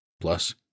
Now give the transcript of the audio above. Plus